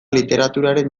literaturaren